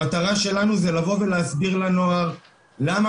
המטרה שלנו היא לבוא ולהסביר לנוער למה